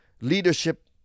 leadership